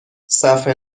صحفه